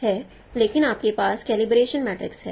लेकिन आपके पास कलीब्रेशन मैट्रिक्स है